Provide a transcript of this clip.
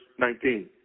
19